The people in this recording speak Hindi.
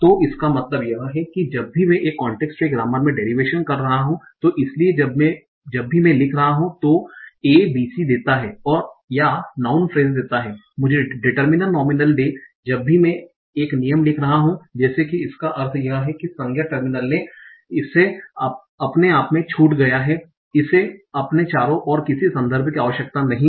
तो इसका मतलब यह है कि जब भी मैं एक कांटेक्स्ट फ्री ग्रामर मे डेरिवेशन कर रहा हूं तो इसलिए जब भी मैं लिख रहा हूँ A BC देता है या नाउँन फ्रेस देता है मुझे डिटर्मिनर नोमीनल दे जब भी मैं एक नियम लिख रहा हूँ जैसे कि इसका अर्थ यह है कि संज्ञा टर्मिनल ने इसे अपने आप में छूट गया है इसे अपने चारों ओर किसी संदर्भ की आवश्यकता नहीं है